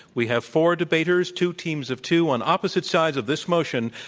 we have four debaters, two teams of two on opposite sides of this motion,